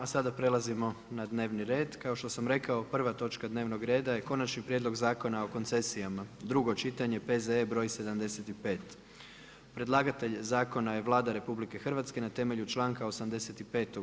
A sada prelazimo na dnevni red, kao što sam rekao prva točka dnevnog reda je: - Konačni prijedlog Zakona o koncesijama, drugo čitanje, P.Z.E. br. 75 Predlagatelj zakona je Vlada Republike Hrvatske na temelju članka 85.